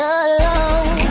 alone